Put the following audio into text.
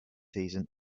season